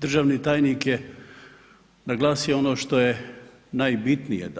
Državni tajnik je naglasio ono što je najbitnije